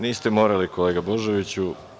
Niste morali, kolega Božoviću.